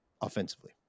offensively